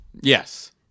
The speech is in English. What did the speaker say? Yes